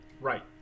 Right